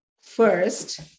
first